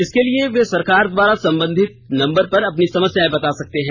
इसके लिए वे सरकार द्वारा जारी संबंधित नंबर पर अपनी समस्यायें बता सकते हैं